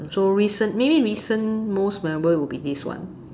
so recent maybe recent most memorable will be this one